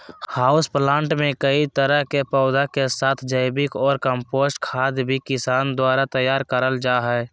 house plant मे कई तरह के पौधा के साथ जैविक ऑर कम्पोस्ट खाद भी किसान द्वारा तैयार करल जा हई